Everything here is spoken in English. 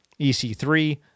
EC3